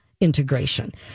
integration